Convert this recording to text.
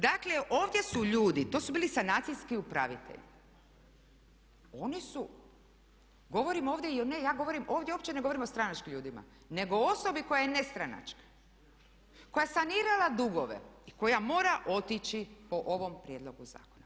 Dakle ovdje su ljudi, to su bili sanacijski upravitelji, oni su, govorim ovdje i o ne, ja govorim o, ovdje uopće ne govorim o stranačkim ljudima nego o osobi koja je nestranačka, koja je sanirala dugove i koja mora otići po ovom prijedlogu zakona.